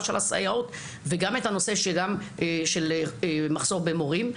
של הסייעות וגם את הנושא של המחסור במורים,